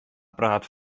praat